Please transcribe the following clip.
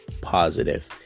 positive